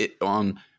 on